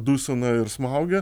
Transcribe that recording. dusina ir smaugia